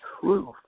truth